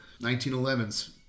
1911's